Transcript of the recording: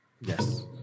Yes